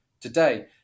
today